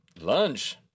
Lunge